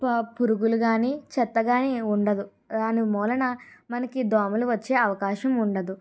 ఆ పురుగులు కాని చెత్త కాని ఏం ఉండదు దాని మూలన మనకి దోమలు వచ్చే అవకాశం ఉండదు